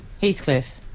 Heathcliff